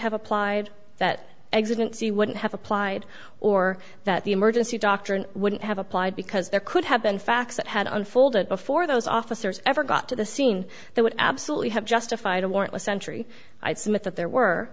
have applied that existence you wouldn't have applied or that the emergency doctrine wouldn't have applied because there could have been facts that had unfolded before those officers ever got to the scene they would absolutely have justified a warrantless entry i submit that there were